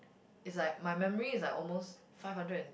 is like my memory is like almost five hundred and